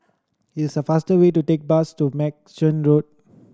it's the faster way to take bus to Merchant Road